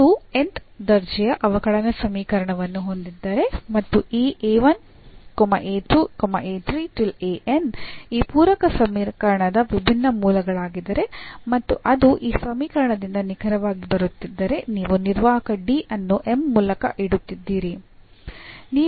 ನೀವು nth ದರ್ಜೆಯ ಅವಕಲನ ಸಮೀಕರಣವನ್ನು ಹೊಂದಿದ್ದರೆ ಮತ್ತು ಈ ಈ ಪೂರಕ ಸಮೀಕರಣದ ವಿಭಿನ್ನ ಮೂಲಗಳಾಗಿದ್ದರೆ ಮತ್ತು ಅದು ಈ ಸಮೀಕರಣದಿಂದ ನಿಖರವಾಗಿ ಬರುತ್ತಿದ್ದರೆ ನೀವು ನಿರ್ವಾಹಕ d ಅನ್ನು m ಮೂಲಕ ಇಡುತ್ತಿದ್ದೀರಿ